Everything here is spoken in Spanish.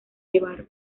llevar